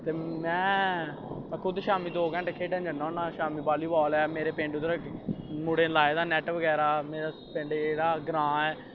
ते में खुद शामीं दो घैंटें खेढन जन्ना होन्ना शामीं बॉल्ली बॉल ऐ मेरे पिंड दे मुड़ें लाए दा नैट बगैरा पिंड जेह्ड़ा ग्रांऽ ऐ